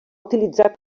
utilitzar